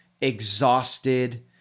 exhausted